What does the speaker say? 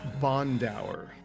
Bondauer